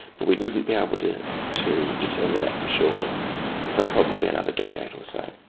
but we wouldn't be able to to determine that for sure for probably another decade or so.